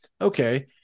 okay